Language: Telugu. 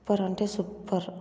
సూపర్ అంటే సూపర్